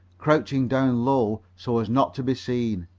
crouching down low so as not to be seen.